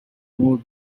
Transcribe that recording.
nod